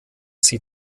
sie